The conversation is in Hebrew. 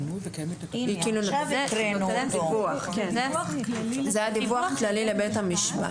זה דיווח כללי לבית המשפט.